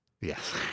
yes